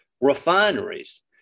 Refineries